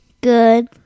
Good